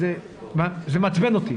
זה מעצבן אותי.